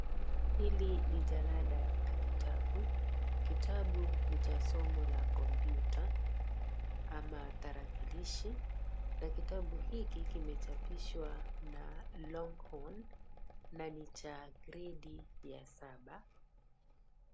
Hili ni jalada la kitabu, kitabu ni cha somo la komputa ama tarakilishi. Na kitabu hiki kimechapishwa na Longhorn, na ni cha gredi ya saba.